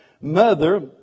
mother